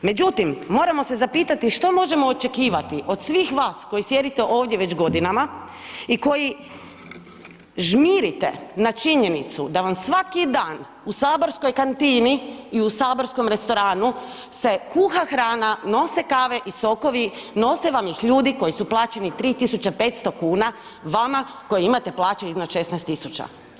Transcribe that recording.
Međutim moramo se zapitati što možemo očekivati od svih vas koji sjedite ovdje već godinama i koji žmirite na činjenicu da vam svaki dan u saborskoj kantini i u saborskom restoranu se kuha hrana, nose kave i sokovi, nose vam ih ljudi koji su plaćeni 3500 kuna, vama koji imate plaće iznad 16 000.